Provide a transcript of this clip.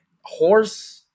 horse-